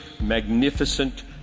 magnificent